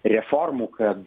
reformų kad